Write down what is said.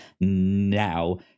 now